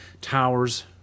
Towers